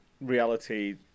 reality